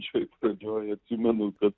šiaip pradžioj atsimenu kad